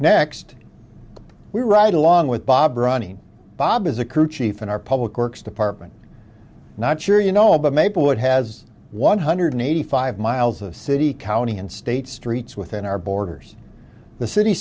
next we rode along with bob ronnie bob is a crew chief in our public works department not sure you know about maple it has one hundred eighty five miles of city county and state streets within our borders the city